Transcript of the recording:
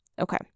okay